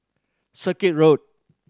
Circuit Road